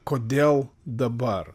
kodėl dabar